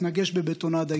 התנגש בבטונדה,